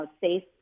safe